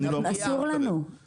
אנחנו רואים את המציאות הזאת,